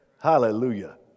Hallelujah